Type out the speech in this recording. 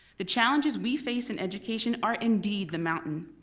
the challenges we face in education are indeed the mountain.